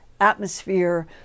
atmosphere